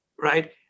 right